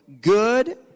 good